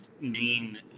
main